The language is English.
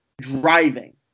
driving